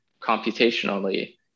computationally